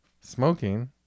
Smoking